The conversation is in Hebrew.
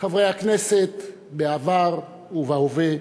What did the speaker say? חברי הכנסת בעבר ובהווה,